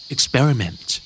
Experiment